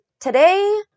Today